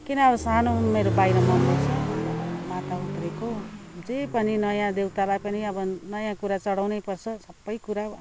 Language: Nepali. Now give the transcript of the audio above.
किन अब सानो उयो मेरो बाहिर मन्दिर छ माता उत्रेको जे पनि नयाँ देउतालाई पनि अब नयाँ कुरा चढाउनै पर्छ सबै कुरा